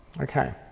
Okay